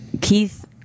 Keith